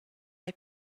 era